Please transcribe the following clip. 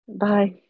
bye